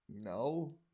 No